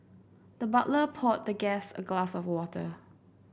the butler poured the guest a glass of water